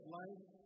life